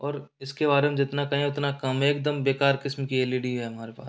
और इस के बारे में जितना कहें उतना कम है एक दम बेकार किस्म की एल इ डी है हमारे पास